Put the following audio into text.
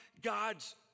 God's